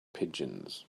pigeons